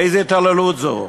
איזו התעללות זאת?